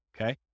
Okay